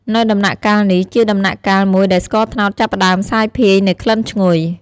នៅដំណាក់កាលនេះ ជាដំណាក់កាលមួយដែលស្ករត្នោតចាប់ផ្តើមសាយភាយនូវក្លិនឈ្ងុយ។